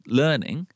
learning